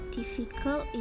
difficult